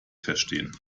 verstehen